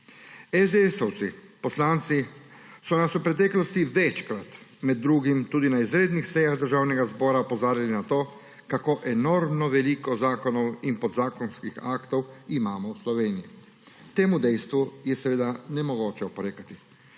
Esdeesovi poslanci so nas v preteklosti večkrat, med drugim tudi na izrednih sejah Državnega zbora, opozarjali na to, kako enormno veliko zakonov in podzakonskih aktov imamo v Sloveniji. Temu dejstvu je seveda nemogoče oporekati.